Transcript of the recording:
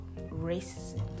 racism